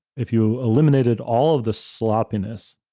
if you eliminated all of the sloppiness,